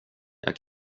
jag